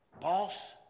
boss